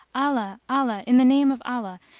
allah! allah! in the name of allah!